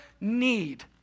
need